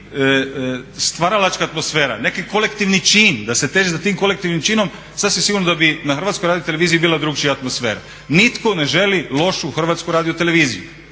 stvaralačka atmosfera, neki kolektivni čin, da se teži za tim kolektivnim činom sasvim sigurno da bi na HRT-u bila drukčija atmosfera. Nitko ne želi lošu HRT, jer